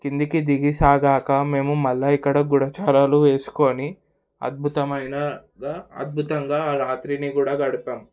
కిందికి దిగిసాగాక మేము మళ్ళీ ఇక్కడ గూఢచారాలు వేసుకొని అద్భుతమైనగా అద్భుతంగా ఆ రాత్రిని కూడా గడిపాం